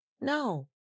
No